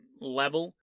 level